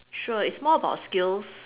sure it's more about skills